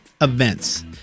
events